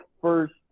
first